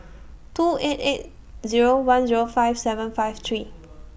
two eight eight Zero one Zero five seven five three